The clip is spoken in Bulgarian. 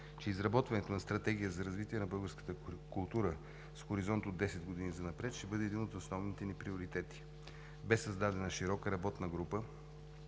че изработването на Стратегия за развитие на българската култура с хоризонт от десет години занапред, ще бъде един от основните ни приоритети. Бе създадена широка работна група,